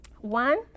One